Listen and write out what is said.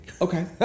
Okay